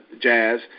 jazz